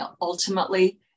ultimately